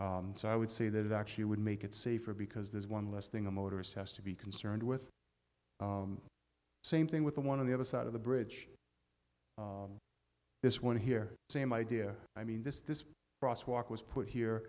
e so i would say that it actually would make it safer because there's one less thing the motorist has to be concerned with same thing with one of the other side of the bridge this one here same idea i mean this this cross walk was put here